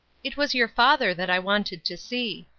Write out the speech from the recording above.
it was your father that i wanted to see,